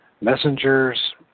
messengers